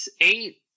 eight